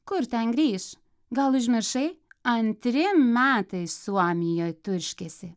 kur ten grįš gal užmiršai antri metai suomijoj turškiasi